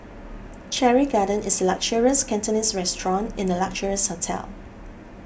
Cherry Garden is a luxurious Cantonese restaurant in a luxurious hotel